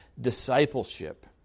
discipleship